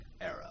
era